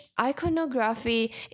iconography